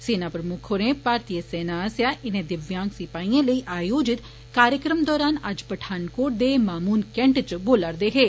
सेना प्रमुक्ख होर भारतीय सेना आस्सेआ इने दिव्यांग सिपाइए लेई आयोजित कार्यक्रम दौरान अज्ज पठानकोट दे मामून कैंट च बोला'रदे हे